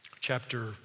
chapter